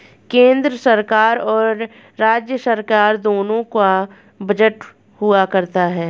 केन्द्र सरकार और राज्य सरकार दोनों का बजट हुआ करता है